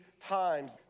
times